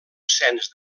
cens